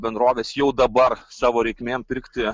bendrovės jau dabar savo reikmėm pirkti